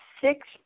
six